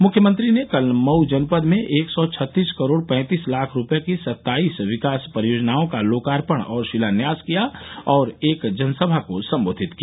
मुख्यमंत्री ने कल मऊ जनपद में एक सौ छत्तीस करोड़ पैंतीस लाख रूपये की सत्ताईस विकास परियोजनाओं का लोकार्पण और शिलान्यास किया और एक जनसभा को संबोधित किया